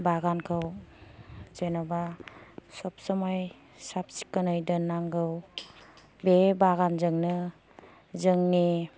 बागानखौ जेन'बा सब समाय साब सिखोनै दोननांगौ बे बागानजोंनो जोंनि